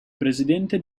presidente